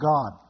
God